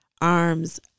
arms